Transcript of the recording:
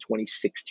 2016